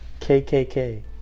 KKK